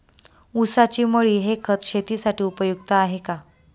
ऊसाची मळी हे खत शेतीसाठी उपयुक्त आहे का?